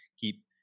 keep